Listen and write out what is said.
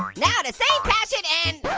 um now to save passion and.